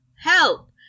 help